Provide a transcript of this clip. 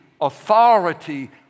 authority